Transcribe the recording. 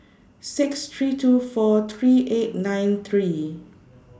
six three two four three eight nine three